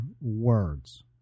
words